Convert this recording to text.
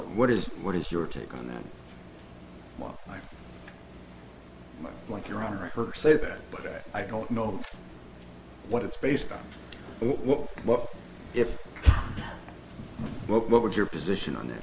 what is what is your take on that and i like your honor of her say it but i i don't know what it's based on what what if but what would your position on it